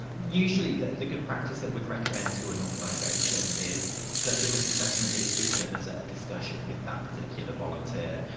usually the the good practice that we'd recommend to an organisation is that the risk assessment is is done as a discussion with that particular volunteer.